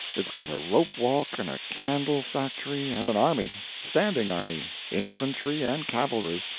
it's got a rope-walk and a candle-factory and an army. standing army. infantry and cavalry.